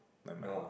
no ah